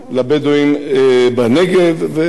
ועוד דברים נוספים מהסוג הזה.